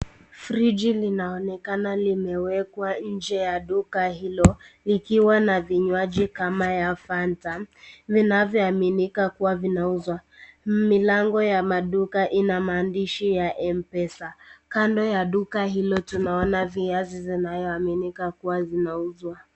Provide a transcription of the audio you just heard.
friji linaonekana limewekwa nje ya duka hilo, ikiwa na vinywaji kama ya fanta, vinavyoaminika kuwa vinauzwa. Milango ya maduka ina maandishi ya mpesa, kando ya duka hilo tunaona viazi zinayoaminika kuwa zinauzwa.